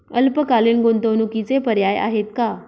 अल्पकालीन गुंतवणूकीचे पर्याय आहेत का?